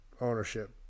ownership